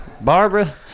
Barbara